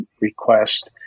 request